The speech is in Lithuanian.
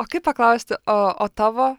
o kaip paklausti o o tavo